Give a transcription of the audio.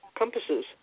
compasses